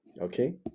okay